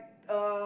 uh